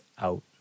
out